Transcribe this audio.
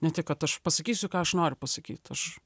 ne tik kad aš pasakysiu ką aš noriu pasakyt aš